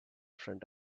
front